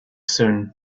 soon